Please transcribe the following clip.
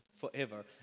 forever